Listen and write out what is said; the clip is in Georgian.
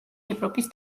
ევროპის